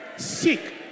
seek